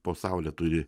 po saule turi